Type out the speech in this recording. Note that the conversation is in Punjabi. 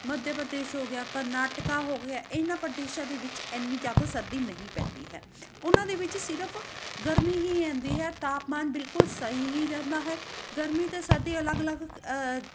ਮੱਧ ਪ੍ਰਦੇਸ਼ ਹੋ ਗਿਆ ਕਰਨਾਟਕਾ ਹੋ ਗਿਆ ਇਹਨਾਂ ਪ੍ਰਦੇਸ਼ਾਂ ਦੇ ਵਿੱਚ ਇੰਨੀ ਜ਼ਿਆਦਾ ਸਰਦੀ ਨਹੀਂ ਪੈਂਦੀ ਹੈ ਉਹਨਾਂ ਦੇ ਵਿੱਚ ਸਿਰਫ਼ ਗਰਮੀ ਹੀ ਰਹਿੰਦੀ ਹੈ ਤਾਪਮਾਨ ਬਿਲਕੁਲ ਸਹੀ ਹੀ ਰਹਿੰਦਾ ਹੈ ਗਰਮੀ ਅਤੇ ਸਰਦੀ ਅਲੱਗ ਅਲੱਗ